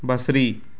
बसिरी